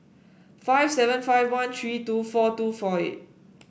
five seven five one three two four two four eight